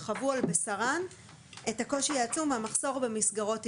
שחוו על בשרן את הקושי העצום והמחסור במסגרות טיפוליות,